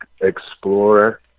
explorer